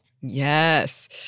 yes